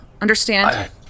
Understand